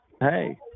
Hey